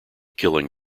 killing